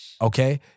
Okay